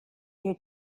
you